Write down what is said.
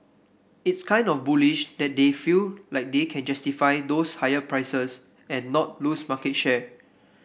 it's kind of bullish that they feel like they can justify those higher prices and not lose market share